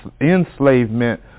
enslavement